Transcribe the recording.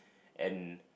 and